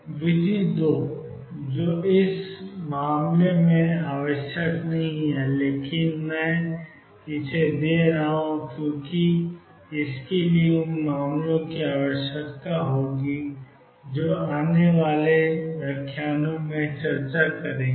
विधि २ जो इस मामले में आवश्यक नहीं है लेकिन मैं इसे दे रहा हूं क्योंकि इसके लिए उन मामलों की आवश्यकता होगी जो आने वाले व्याख्यानों में चर्चा करेंगे